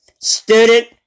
student